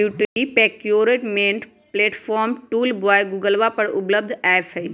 B two B procurement platform tool by गूगलवा पर उपलब्ध ऐप हई